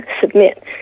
submit